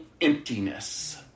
emptiness